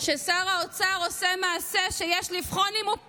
ששר האוצר עושה מעשה שיש לבחון אם הוא פלילי?